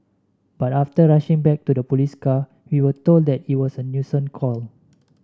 but after rushing back to the police car we were told that it was a nuisance call